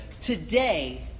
today